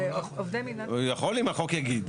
הוא יכול אם החוק יגיד.